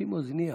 שים אוזנייה.